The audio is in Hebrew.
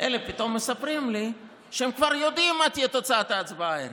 אלה פתאום מספרים לי שהם כבר יודעים מה תהיה תוצאת ההצבעה הערב,